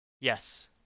yes